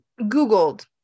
googled